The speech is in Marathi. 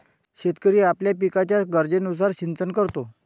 शेतकरी आपल्या पिकाच्या गरजेनुसार सिंचन करतो